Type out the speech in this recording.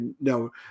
no